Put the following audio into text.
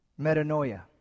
metanoia